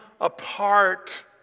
apart